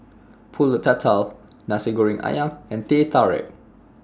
Pulut Tatal Nasi Goreng Ayam and Teh Tarik